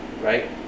right